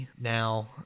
now